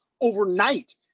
overnight